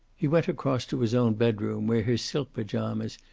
he went across to his own bedroom, where his silk pajamas,